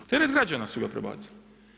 Na teret građana su ga prebacili.